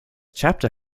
chapter